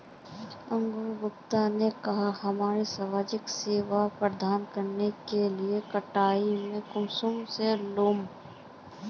अंकूर गुप्ता ने कहाँ की हमरा समाजिक सेवा प्रदान करने के कटाई में कुंसम करे लेमु?